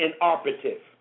inoperative